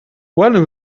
when